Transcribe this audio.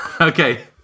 okay